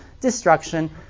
destruction